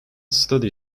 study